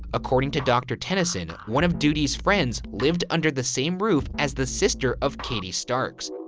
according to dr. tennison, one of doodie's friends lived under the same roof as the sister of katie starks.